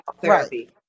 therapy